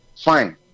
Fine